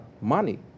money